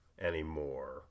anymore